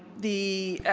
the